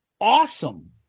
awesome